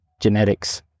genetics